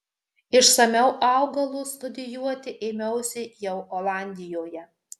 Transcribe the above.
išsamiau augalus studijuoti ėmiausi jau olandijoje